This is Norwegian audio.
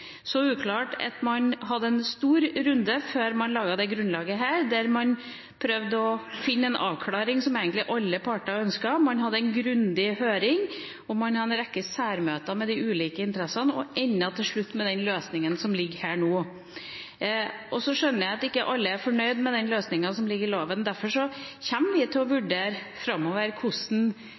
så uklart at man hadde en stor runde før man laget dette grunnlaget, der man prøvde å finne en avklaring som egentlig alle parter ønsket. Man hadde en grundig høring og en rekke særmøter med de ulike interessene og endte til slutt med den løsningen som foreligger nå. Jeg skjønner at ikke alle er fornøyd med den løsningen som ligger i loven, og derfor kommer vi framover til å vurdere